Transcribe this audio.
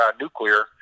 nuclear